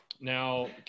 Now